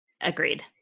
Agreed